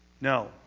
No